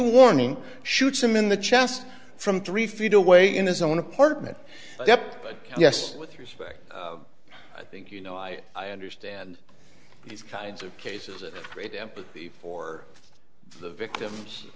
warning shoots him in the chest from three feet away in his own apartment yep but yes with respect i think you know i i understand these kinds of cases a great empathy for the victims